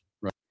Right